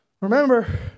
Remember